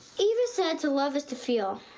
eva said to love is to feel.